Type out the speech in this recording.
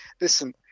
Listen